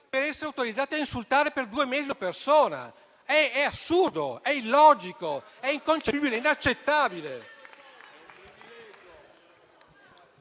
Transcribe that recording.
per essere autorizzati a insultare per due mesi una persona. È assurdo, è illogico, è inconcepibile, è inaccettabile.